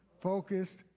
focused